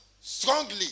strongly